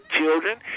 children